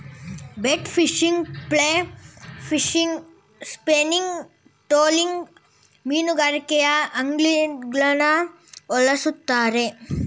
bait fishing, fly fishing, spinning, trolling ಮೀನುಗಾರಿಕೆಯಲ್ಲಿ ಅಂಗ್ಲಿಂಗ್ಗಳನ್ನು ಬಳ್ಸತ್ತರೆ